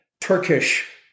Turkish